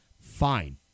fine